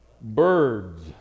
Birds